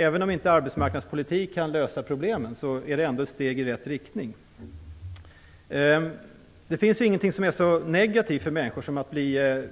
Även om inte arbetsmarknadspolitik kan lösa problemen är det ändå ett steg i rätt riktning. Det finns ingenting som är så negativt för människor som att bli